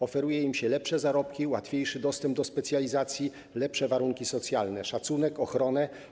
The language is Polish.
Oferuje im się lepsze zarobki, łatwiejszy dostęp do specjalizacji, lepsze warunki socjalne, szacunek, ochronę.